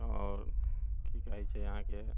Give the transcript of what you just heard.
आओर की कहै छै अहाँकेँ